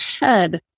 head